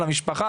למשפחה,